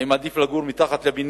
האם עדיף לגור בבניין